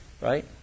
right